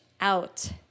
out